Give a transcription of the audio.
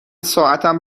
ساعتم